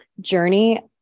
journey